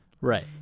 Right